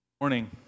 Morning